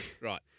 Right